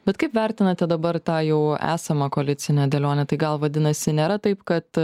bet kaip vertinate dabar tą jau esamą koalicinę dėlionę tai gal vadinasi nėra taip kad